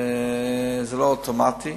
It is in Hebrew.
זה לא אוטומטי.